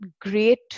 great